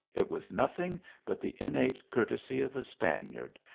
it was nothing but the innate courtesy of a spaniard,